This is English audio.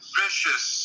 vicious